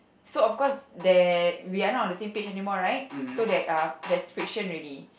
so of course there we are not on the same page anymore right so there are there's friction already